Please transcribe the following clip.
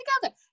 together